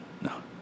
No